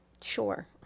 Sure